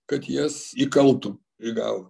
kad jas įkaltum į galvą